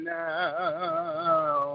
now